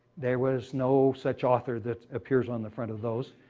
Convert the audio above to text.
there was no such author that appears on the front of those.